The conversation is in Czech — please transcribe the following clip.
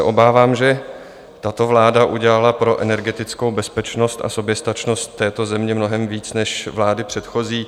Obávám se, že tato vláda udělala pro energetickou bezpečnost a soběstačnost této země mnohem víc než vlády předchozí.